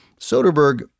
Soderbergh